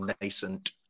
nascent